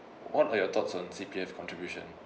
what are your thoughts on C_P_F contribution